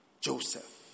Joseph